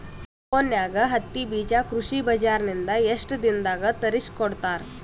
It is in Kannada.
ಫೋನ್ಯಾಗ ಹತ್ತಿ ಬೀಜಾ ಕೃಷಿ ಬಜಾರ ನಿಂದ ಎಷ್ಟ ದಿನದಾಗ ತರಸಿಕೋಡತಾರ?